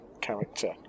character